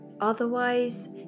Otherwise